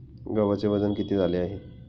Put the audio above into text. गव्हाचे वजन किती झाले आहे?